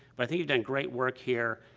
but i think you've done great work here,